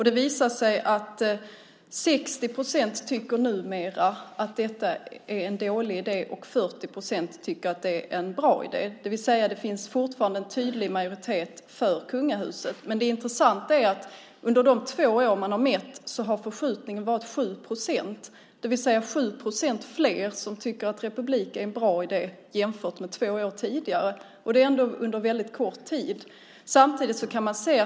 Det visade sig att 60 procent numera tycker att det är en dålig idé medan 40 procent tycker att det är en bra idé. Det finns alltså fortfarande en tydlig majoritet för kungahuset. Det intressanta är att under de två år man mätte har förskjutningen varit 7 procent, det vill säga 7 procent fler tycker att republik är en bra idé jämfört med två år tidigare. Då är det ändå fråga om en väldigt kort tid.